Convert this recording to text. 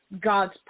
God's